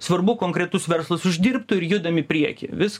svarbu konkretus verslas uždirbtų ir judam į priekį vis